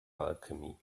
alchemy